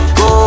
go